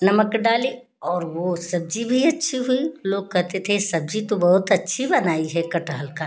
नमक डाली और वो सब्जी भी अच्छी हुई लोग कहते थे सब्जी तो बहुत अच्छी बनाई है कटहल का